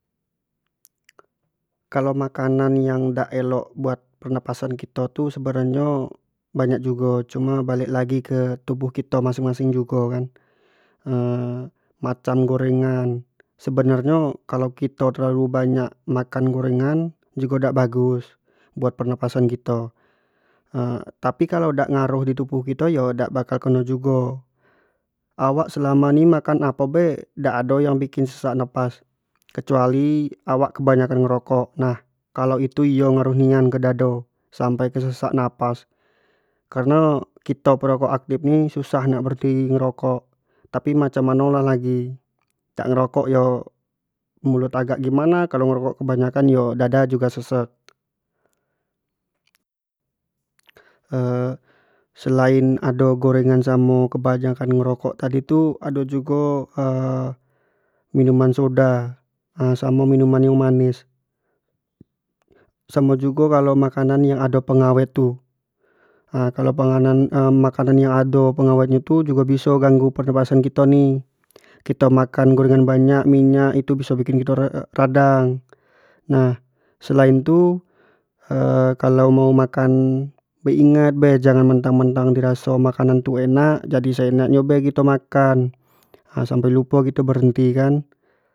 kalau makanan yang dak elok elok buat pernapasan kito tu sebenar nyo tu banyak jugo, cuma balek lagi ke tubuh kito masing- masing jugo kan macam gorengan, sebenar nyo kalua kito terlalu banyak makan gorengan jugo dak bagus buat pernapasan kito tapi kalua dak ngaruh di tubuh kito yo dak bakal keno jugo, awak selama ni makan apo be dak ado yang bikin sesak napas, kecuali awak kebanyak an merokok, nah kalau itu iyo ngaruhnian ke dado sampai ke sesak napas, kareno kito perokok aktif ni suah nak berenti merokok, tapi macam mano lah lagi, dak ngerokok yo mulut agak gimana, kalua ngerokok kebanyak an yo dada jugo sesek selain ado gorengan samo kebanyak an ngerokok tu ado jugo minuman soda samo minuman yang manis, samo jugo dengan makanan yang ado pengawet tu kalau panganan makanan yang ado pengawet tu jugo biso ganggu pernapasan kito ni, kito makan gorengan banyak, minyak itu biso bikin kito radang, nah selain tu kalau mau makan be ingat be jangan mentang- mentang di raso makanan tu enak jadi bisa se enak tu be kito makan, sampai kito lupo berhenti kan.